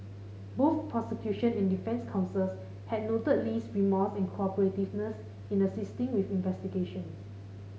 both prosecution and defence counsels had noted Lee's remorse and cooperativeness in assisting with investigations